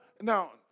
now